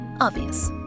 Obvious